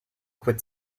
quit